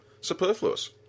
superfluous